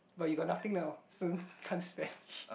but you got nothing now so can't spend